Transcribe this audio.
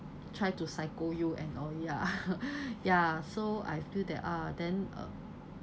try to psycho you and all ya ya so I feel that ah then uh